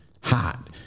hot